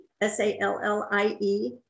s-a-l-l-i-e